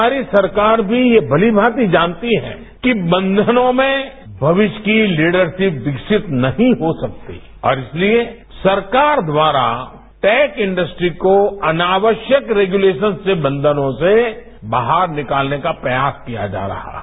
हमारी सरकार भी से भलीभांति जानती है कि बंघनों में भविष्य की लीडरशिप विकसित नहीं हो सकती और इसलिए सरकार द्वारा टेक इंडस्ट्री को अनावश्यक रेगुलेशन्स से बंचनों से बाहर निकालने का प्रयास किया जा रहा है